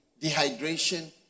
dehydration